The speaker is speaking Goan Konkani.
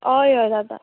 हय हय जाता